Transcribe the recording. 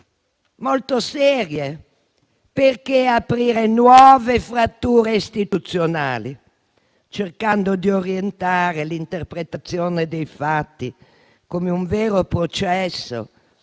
molto serie. Perché aprire nuove fratture istituzionali, cercando di orientare l'interpretazione dei fatti come un vero processo